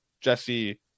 Jesse